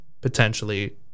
potentially